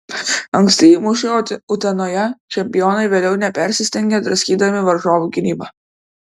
anksti įmušę utenoje čempionai vėliau nepersistengė draskydami varžovų gynybą